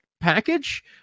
package